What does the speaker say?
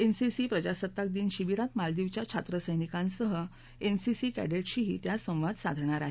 NCC प्रजासत्ताक दिन शिविरात मालदीवच्या छात्रसैनिकांसह एनसीसी कॅडेट्सशीही त्या संवाद साधणार आहेत